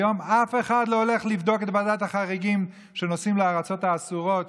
היום אף אחד לא הולך לבדוק את ועדת החריגים שנוסעים לארצות האסורות,